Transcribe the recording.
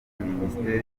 minisiteri